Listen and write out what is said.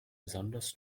besonders